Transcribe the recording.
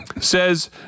says